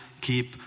keep